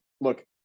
look